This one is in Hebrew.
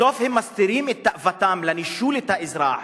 בסוף הם מסתירים את תאוותם לנישול האזרח,